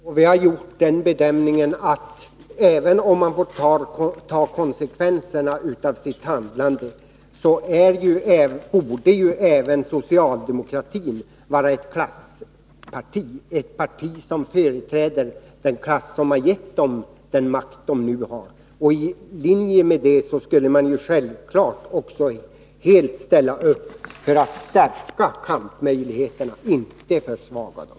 Herr talman! Vi har gjort den bedömningen, att även om man får ta konsekvenserna av sitt handlande, borde även socialdemokratin vara ett klassparti, ett parti som företräder den klass som har gett det den makt det nu har. I linje med detta borde socialdemokraterna självfallet helhjärtat ställa upp för att stärka kampmöjligheterna, inte försvaga dem.